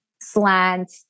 slant